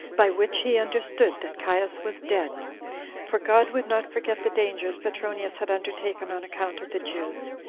by which he understood that caius was dead for god would not forget the dangers petronius had undertaken on account of the jews,